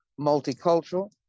multicultural